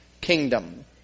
kingdom